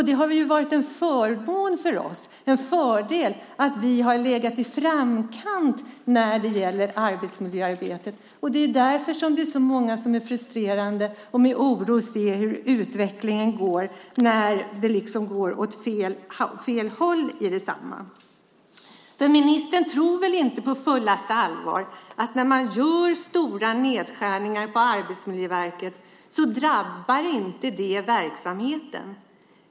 Det har varit en förmån och en fördel för oss att vi har legat i framkant när det gäller arbetsmiljöarbetet. Det är därför det är så många som är frustrerade och med oro ser hur utvecklingen går. Den går åt fel håll. Ministern tror väl inte på fullaste allvar att stora nedskärningar på Arbetsmiljöverket inte drabbar verksamheten.